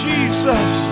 Jesus